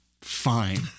fine